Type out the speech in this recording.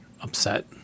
upset